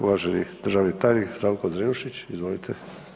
Uvaženi državni tajnik Zdravko Zrinušić, izvolite.